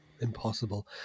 impossible